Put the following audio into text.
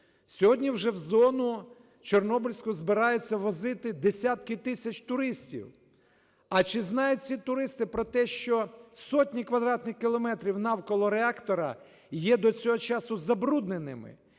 Сьогодні вже в зону Чорнобильську збираються возити десятки тисяч туристів. А чи знають ці туристи про те, що сотні квадратних кілометрів навколо реактора є до цього часу забрудненими.